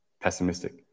Pessimistic